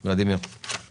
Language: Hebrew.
חבר הכנסת בליאק, בבקשה.